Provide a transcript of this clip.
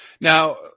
Now